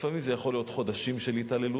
לפעמים זה יכול להיות חודשים של התעללות.